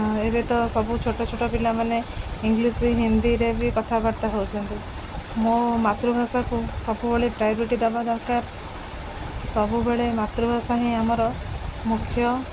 ଏବେତ ସବୁ ଛୋଟ ଛୋଟ ପିଲାମାନେ ଇଂଲିଶ୍ ହିନ୍ଦୀରେ ବି କଥାବାର୍ତ୍ତା ହଉଛନ୍ତି ମୋ ମାତୃଭାଷାକୁ ସବୁବେଳେ ପ୍ରାୟୋରିଟ୍ ଦବା ଦରକାର ସବୁବେଳେ ମାତୃଭାଷା ହିଁ ଆମର ମୁଖ୍ୟ